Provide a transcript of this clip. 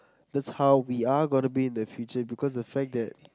that's how we are gonna be in the future because the fact that